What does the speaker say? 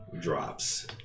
drops